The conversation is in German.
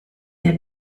der